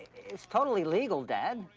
it's totally legal, dad.